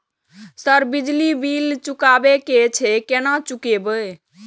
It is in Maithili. सर बिजली बील चुकाबे की छे केना चुकेबे?